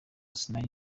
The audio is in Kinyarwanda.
sinari